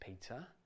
Peter